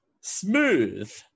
Smooth